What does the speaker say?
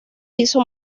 hizo